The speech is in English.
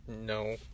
No